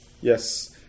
Yes